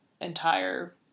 entire